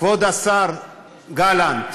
כבוד השר גלנט,